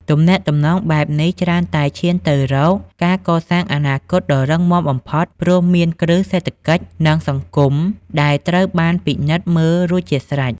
ទំនាក់ទំនងបែបនេះច្រើនតែឈានទៅរកការកសាងអនាគតដ៏រឹងមាំបំផុត ព្រោះមានគ្រឹះសេដ្ឋកិច្ច និងសង្គមដែលត្រូវបានពិនិត្យមើលរួចជាស្រេច។